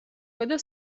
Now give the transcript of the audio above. ქვედა